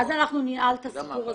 יוסי.